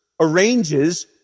arranges